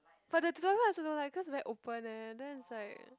but the tutorial room I also don't like cause very open leh then it's like